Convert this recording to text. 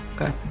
Okay